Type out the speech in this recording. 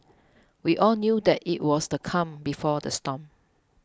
we all knew that it was the calm before the storm